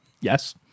Yes